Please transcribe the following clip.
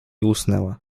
usnęła